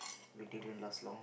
we did it last long